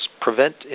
prevent